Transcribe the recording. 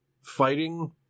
fighting